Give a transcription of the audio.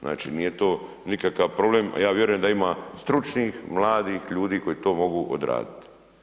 Znači nije to nikakav problem a ja vjerujem da ima stručnih, mladih ljudi koji to mogu odraditi.